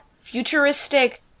futuristic